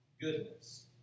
goodness